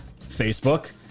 Facebook